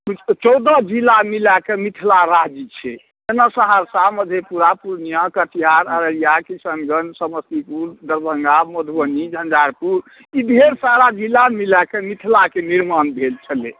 चौदह जिला मिलाएके मिथिला राज्य छै जेना सहरसा मधेपुरा पूर्णिया कटिहार अररिया किशनगञ्ज समस्तीपुर दरभङ्गा मधुबनी झंझारपुर ई ढेर सारा जिला मिलाए कऽ मिथिलाके निर्माण भेल छलै